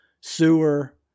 sewer